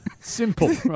Simple